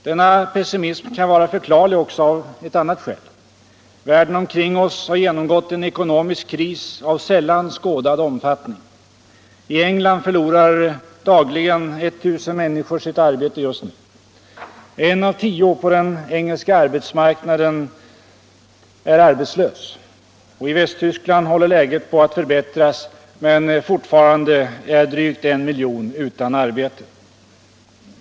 Denna pessimism kan vara förklarlig också av ett annat skäl. Världen omkring oss har genomgått en ekonomisk kris av sällan skådad omfattning. I England förlorar just nu dagligen 1000 människor sitt arbete. En av tio på den engelska arbetsmarknaden är arbetslös. I Västtyskland håller läget på att förbättras, men fortfarande är drygt 1 miljon utan arbete.